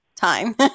time